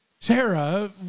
Sarah